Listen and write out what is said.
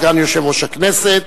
סגן יושב-ראש הכנסת,